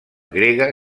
grega